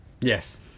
yes